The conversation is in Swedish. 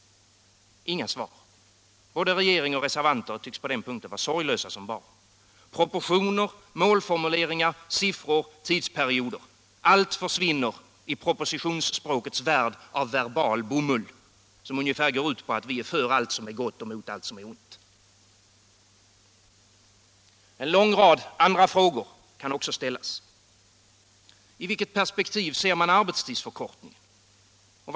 Inga svar. Både regering och reservanter tycks på den punkten vara sorglösa som barn. Proportioner, målformuleringar, siffror, tidsperioder — allt försvinner i propositionsspråkets värld av verbal bomull, som ungefär går ut på att ”vi är för allt som är gott och mot allt som är ont”. En lång rad andra frågor kan också ställas. I vilket perspektiv ser man arbetstidsförkortningen?